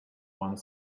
one